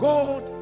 God